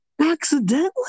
accidentally